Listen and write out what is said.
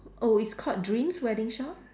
oh it's called dreams wedding shop